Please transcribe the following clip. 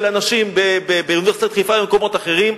אנשים באוניברסיטת חיפה ובמקומות אחרים.